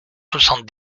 soixante